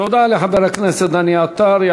תודה לחבר הכנסת דני עטר.